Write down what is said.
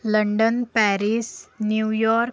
London Paris New York